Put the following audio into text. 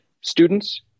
students